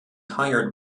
hired